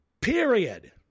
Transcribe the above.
Period